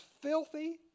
filthy